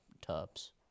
tubs